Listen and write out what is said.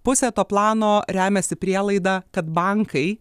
pusė to plano remiasi prielaida kad bankai